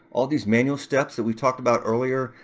all these manual steps that we talked about earlier,